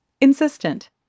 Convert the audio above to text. insistent